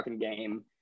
game